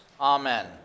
amen